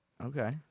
Okay